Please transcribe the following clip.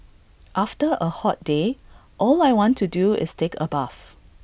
after A hot day all I want to do is take A bath